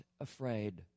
afraid